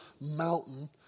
mountain